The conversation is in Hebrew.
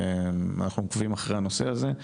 אנחנו עוקבים אחר הנושא הזה,